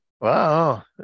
Wow